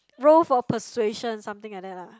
roll for persuasion something like that lah